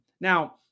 Now